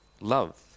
Love